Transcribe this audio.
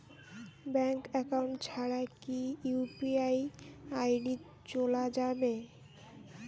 Bank account ছাড়া কি UPI ID চোলা যাবে?